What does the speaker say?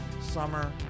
summer